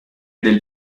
del